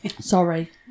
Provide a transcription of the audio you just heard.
Sorry